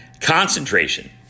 Concentration